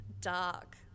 dark